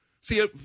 See